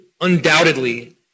undoubtedly